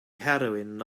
heroine